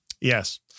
Yes